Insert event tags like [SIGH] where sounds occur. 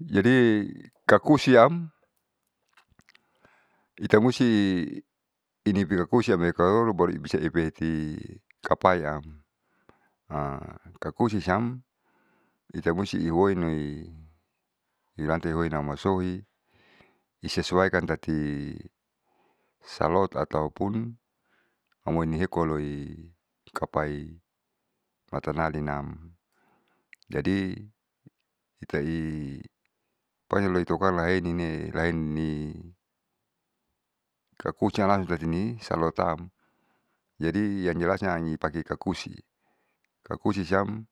[NOISE] jadi kakusiam itamusti inipikakusi amoi karoro baru bisa ipeiti kapayaam [HESITATION] kakusiam itamusti hioini hulante hoina masohi isesuaikan tati salot ataupun amoinihekualoi kapai matanalainam. Jadi itai pokonya loitukalaonine laenini kakusi alahan tatini saluatam jadi yang jelasnya nipake kakusi. Kakusi siam